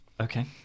okay